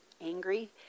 angry